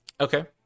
Okay